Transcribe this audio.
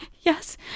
yes